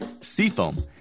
Seafoam